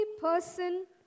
person